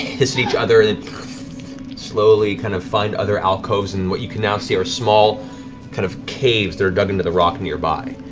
hiss at each other and slowly kind of find other alcoves and what you can now see are small kind of caves that are dug into the rock nearby.